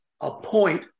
appoint